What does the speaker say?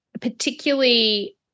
particularly